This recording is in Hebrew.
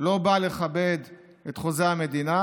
לא בא לכבד את חוזה המדינה,